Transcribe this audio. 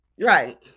right